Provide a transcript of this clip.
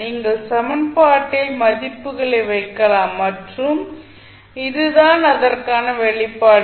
நீங்கள் சமன்பாட்டில் மதிப்புகளை வைக்கலாம் மற்றும் இதுதான் அதற்கான வெளிப்பாடு